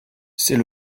c’est